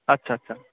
আচ্ছা আচ্ছা